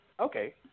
okay